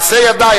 מעשה ידי,